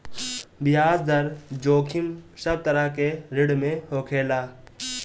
बियाज दर जोखिम सब तरह के ऋण में होखेला